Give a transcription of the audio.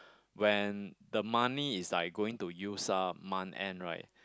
when the money is like going to use up month end right